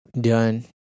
done